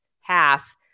half